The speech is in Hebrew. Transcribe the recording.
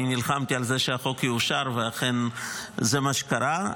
נלחמתי על זה שהחוק יאושר, ואכן, זה מה שקרה.